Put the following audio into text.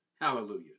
Hallelujah